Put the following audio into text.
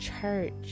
church